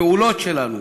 הפעולות שלו,